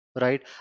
right